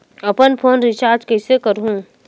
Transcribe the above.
अपन phone recharge कइसे करहु?